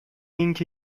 اینکه